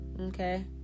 Okay